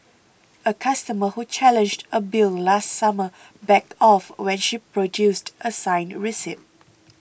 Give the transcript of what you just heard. a customer who challenged a bill last summer backed off when she produced a signed receipt